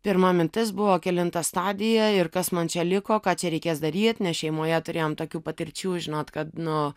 pirma mintis buvo kelinta stadija ir kas man čia liko ką čia reikės daryt nes šeimoje turėjom tokių patirčių žinot kad nu